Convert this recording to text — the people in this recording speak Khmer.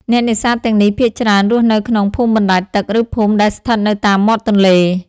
អ្នកនេសាទទាំងនេះភាគច្រើនរស់នៅក្នុង ភូមិបណ្តែតទឹក ឬភូមិដែលស្ថិតនៅតាមមាត់ទន្លេ។